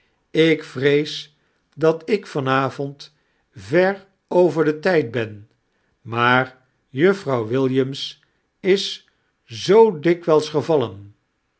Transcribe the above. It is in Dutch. ik vrees dat ik van avond ver over den tijd ben maar juffrouw williams is zoo dikwijls gevallen